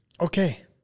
Okay